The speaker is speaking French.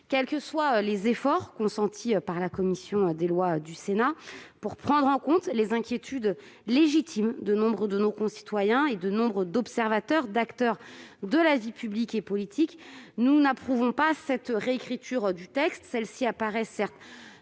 Quels que soient les efforts consentis par la commission des lois du Sénat pour prendre en compte les inquiétudes légitimes de nombre de nos concitoyens, d'observateurs et d'acteurs de la vie publique et politique, nous n'approuvons pas cette version du texte.